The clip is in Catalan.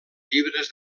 llibres